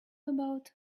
about